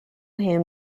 hymn